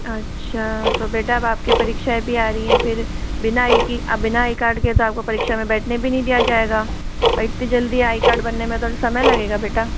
अच्छा तो बेटा अब आपकी परीक्षाऐं भी आ रही हैं फिर बिना आई के बिना आई कार्ड के तो आपको परीक्षा में बैठने नहीं दिया जाएगा और इतनी जल्दी आई कार्ड बनने में तो समय लगेगा बेटा